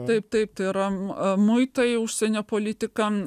taip taip tai yram muitai užsienio politikam